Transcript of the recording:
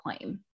claim